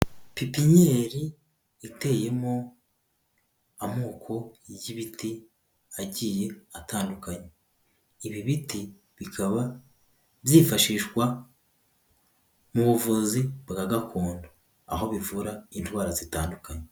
Pipinyiri iteyemo amoko y'ibiti agiye atandukanye. Ibi biti bikaba byifashishwa mu buvuzi bwa gakondo. Aho bivura indwara zitandukanye.